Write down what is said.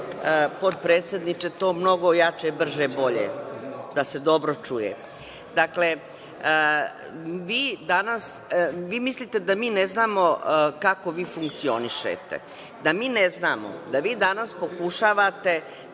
potpredsedniče, to mnogo jače, brže, bolje, da se dobro čuje. Dakle, vi mislite da mi ne znamo kako vi funkcionišete, da mi ne znamo da vi danas pokušavate